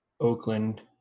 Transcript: Oakland